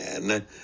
man